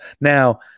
Now